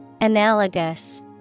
Analogous